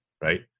right